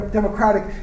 democratic